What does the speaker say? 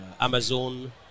Amazon